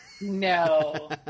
No